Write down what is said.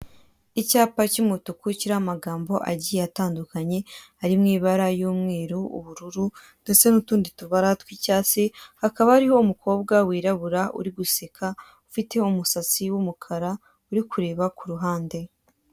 Icyapa cy'umutuku, kiriho amagambo agiye atandukanye, ari mu ibara y'umweru, ubururu, ndetse n'utundi tubara tw'icyatsi, hakaba hariho umukobwa wirabura uri guseka, ufite umusatsi w'umukara, uri kureba ku ruhande.